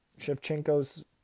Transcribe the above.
Shevchenko's